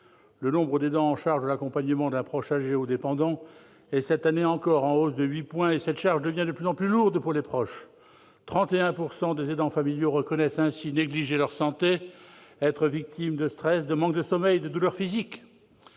le nombre d'aidants en charge de l'accompagnement d'un proche âgé ou dépendant est, cette année encore, en hausse de huit points, et cette charge devient de plus en plus lourde pour les proches : 31 % des aidants familiaux reconnaissent ainsi négliger leur santé, être victimes de stress, de manque de sommeil ou de douleurs physiques.